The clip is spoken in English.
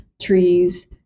trees